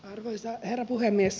arvoisa herra puhemies